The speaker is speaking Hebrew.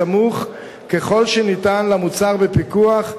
סמוך ככל האפשר למוצר שבפיקוח,